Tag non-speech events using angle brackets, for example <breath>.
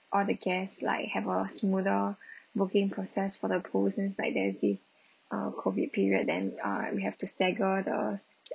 all the guests like have a smoother <breath> booking process for the pools inside there's this uh COVID period then uh we have to stagger the